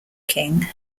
king